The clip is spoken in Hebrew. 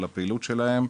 על הפעילות שלהם,